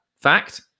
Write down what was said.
Fact